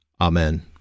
Amen